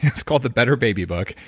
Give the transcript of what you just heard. it's called the better baby book.